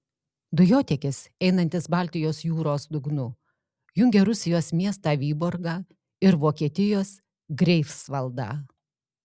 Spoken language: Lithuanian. dujotiekis einantis baltijos jūros dugnu jungia rusijos miestą vyborgą ir vokietijos greifsvaldą